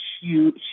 huge